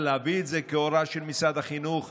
אבל להביא את זה כהוראה של משרד החינוך,